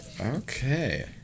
Okay